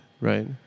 right